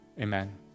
Amen